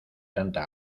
tanta